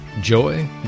Joy